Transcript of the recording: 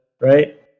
right